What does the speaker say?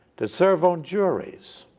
to serve on juries.